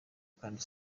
kandi